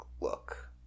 look